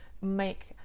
make